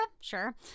sure